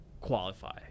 qualify